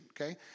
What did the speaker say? okay